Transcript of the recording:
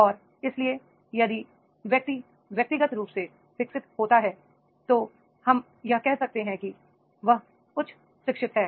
और इसलिए यदि व्यक्ति व्यक्तिगत रूप से विकसित होता है तो हम कह सकते हैं कि वह उच्च शिक्षित है